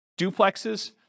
duplexes